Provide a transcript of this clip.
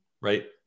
right